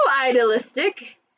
idealistic